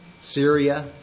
Syria